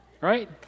Right